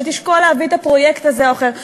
שתשקול להביא את הפרויקט הזה או האחר,